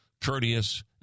courteous